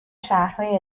شهرهای